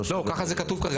לא, כך זה כתוב כרגע.